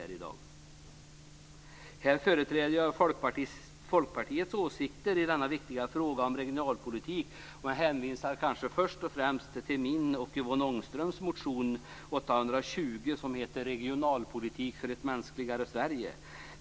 Jag företräder Folkpartiets åsikter i denna viktiga fråga om regionalpolitik. Först och främst vill jag hänvisa till min och Yvonne Ångströms motion A820 Regionalpolitik för ett mänskligare Sverige.